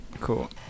cool